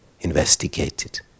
investigated